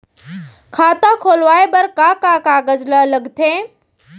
खाता खोलवाये बर का का कागज ल लगथे?